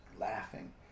laughing